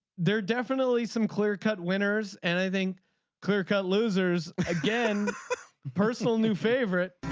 there definitely some clear cut winners and i think clearcut losers again personal new favorite.